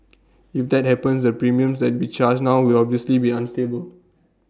if that happens the premiums that we charge now will obviously be unstable